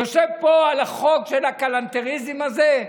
יושב פה על החוק של הכלנתריזם הזה,